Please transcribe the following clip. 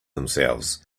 themselves